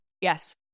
Yes